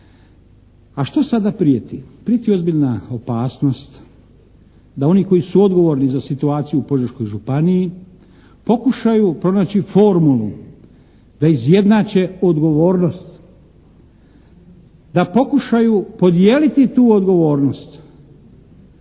A što sada prijeti? Prijeti ozbiljna opasnost da oni koji su odgovorni za situaciju u Požeškoj županiji pokušaju pronaći formulu da izjednače odgovornost. Da pokušaju podijeliti tu odgovornost.